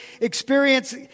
experience